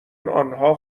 آنها